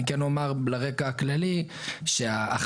אני כן אומר לרקע הכללי שההחלטה,